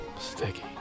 Sticky